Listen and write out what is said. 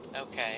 Okay